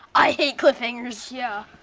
i hate cliffhangers. yeah.